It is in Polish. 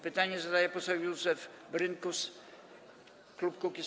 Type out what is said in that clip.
Pytanie zadaje poseł Józef Brynkus, klub Kukiz’15.